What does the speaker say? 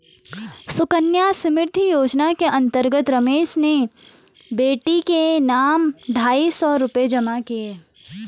सुकन्या समृद्धि योजना के अंतर्गत रमेश ने बेटी के नाम ढाई सौ रूपए जमा किए